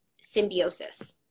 symbiosis